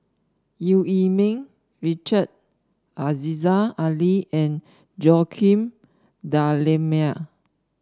Eu Yee Ming Richard Aziza Ali and Joaquim D'Almeida